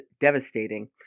devastating